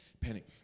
Panic